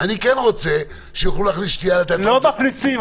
אני כן רוצה שיוכלו להכניס שתייה לתיאטראות --- לא מכניסים,